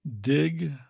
Dig